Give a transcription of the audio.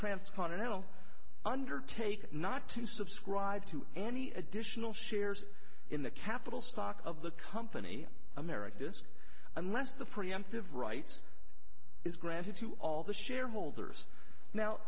transcontinental undertake not to subscribe to any additional shares in the capital stock of the company america does unless the preemptive rights is granted to all the shareholders now